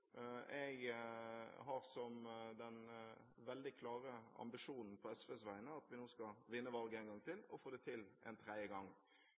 Jeg har den veldig klare ambisjonen på SVs vegne at vi nå skal vinne valget en gang til og få det til en tredje gang.